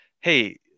Hey